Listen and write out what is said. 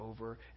over